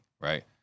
right